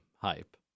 hype